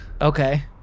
okay